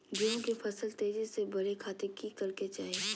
गेहूं के फसल तेजी से बढ़े खातिर की करके चाहि?